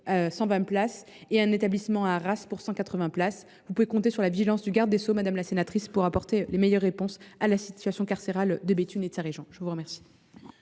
120 places à Loos ; un établissement de 180 places à Arras. Vous pouvez compter sur la vigilance du garde des sceaux, madame la sénatrice, pour apporter les meilleures réponses à la situation carcérale de Béthune et de sa région. La parole